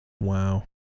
wow